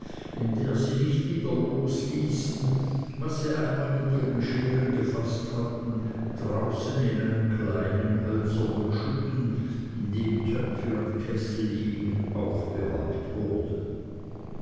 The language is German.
in der sie nicht wieder losließen was sie einmal mit ihren scheren gefaßt hatten draußen in einem kleinen hölzernen schuppen in dem töpfe und kessel hingen aufbewahrt wurden